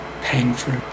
painful